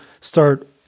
start